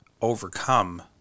overcome